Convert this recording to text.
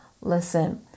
Listen